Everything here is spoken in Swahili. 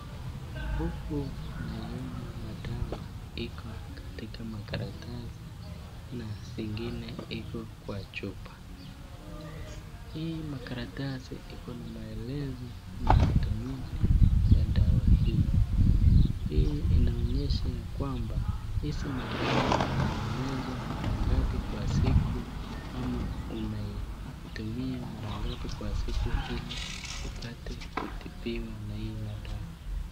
Huku naiona madawa iko katika makaratasi na zingine iko kwa chupa. Hii makaratasi ikona maelezo na matumizi ya dawa hii. Hii inaonyesha ya kwamba, hizi madawa una meza mara ngapi kwa siku ama unaitumia mara ngapi kwa siku ili upate kutibiwa na hii madawa.